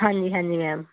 ਹਾਂਜੀ ਹਾਂਜੀ ਮੈਮ